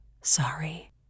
sorry